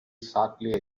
shortly